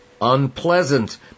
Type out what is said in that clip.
unpleasant